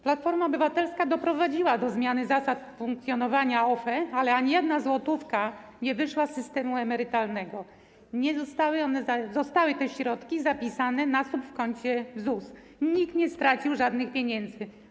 Platforma Obywatelska doprowadziła do zmiany zasad funkcjonowania OFE, ale ani jedna złotówka nie wyszła z systemu emerytalnego; te środki zostały zapisane na subkoncie ZUS, nikt nie stracił żadnych pieniędzy.